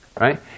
right